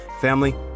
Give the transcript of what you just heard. Family